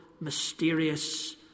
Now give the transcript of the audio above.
mysterious